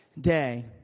day